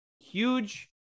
huge